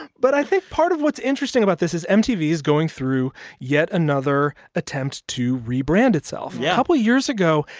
but i think part of what's interesting about this is mtv is going through yet another attempt to rebrand itself yeah a couple years ago,